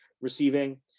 receiving